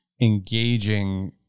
engaging